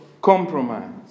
compromise